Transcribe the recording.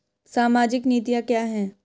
सामाजिक नीतियाँ क्या हैं?